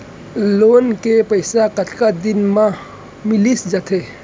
Loan के पइसा कतका दिन मा मिलिस जाथे?